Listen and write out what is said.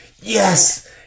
yes